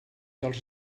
dels